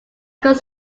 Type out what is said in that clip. could